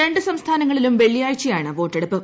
രണ്ട് സംസ്ഥാനങ്ങളിലും വെള്ളിയാഴ്ചയാണ് വോട്ടെടുപ്പ്